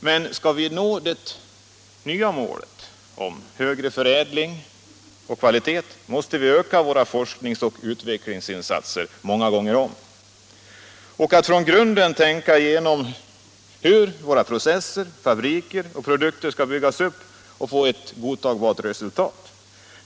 Men om vi skall nå det nya målet högre förädling och kvalitet måste vi öka våra forsknings och utvecklingsinsatser många gånger om och från grunden tänka igenom hur processer, fabriker och produkter skall byggas upp för att vi skall få ett godtagbart resultat.